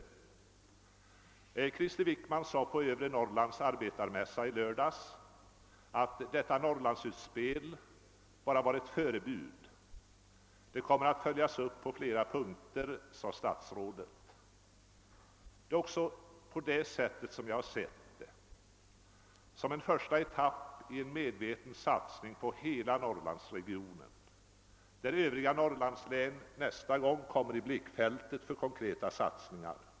Krister Wickman sade på övre Norrlands arbetarmässa i lördags att detta Norrlandsutspel bara var ett förebud, och statsrådet framhöll att det kommer att följas upp på flera punkter. Även jag har sett saken på detta sätt, nämligen som en första etapp i en medveten satsning på hela Norrlandsregionen, varvid övriga Norrlandslän nästa gång kommer i blickfältet för konkreta satsningar.